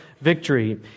victory